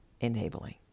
enabling